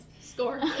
Score